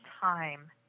time